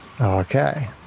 Okay